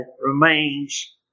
remains